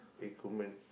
recruitment